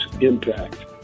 impact